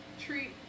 Treat